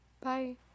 Bye